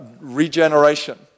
regeneration